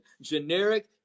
Generic